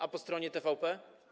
A po stronie TVP?